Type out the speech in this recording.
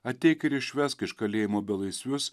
ateik ir išvesk iš kalėjimo belaisvius